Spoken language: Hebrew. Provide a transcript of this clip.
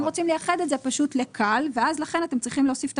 אתם רוצים לייחד את זה ל-כאל ולכן אתם צריכים להוסיף את